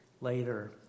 later